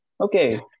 Okay